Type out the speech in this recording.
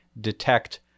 detect